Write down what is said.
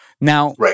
Now